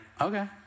Okay